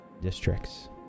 districts